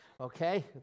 okay